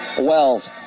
Wells